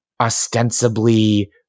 ostensibly